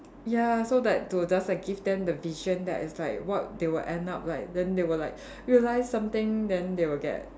ya so like to just give them the vision that is like what they will end up like then they will like realise something then they will get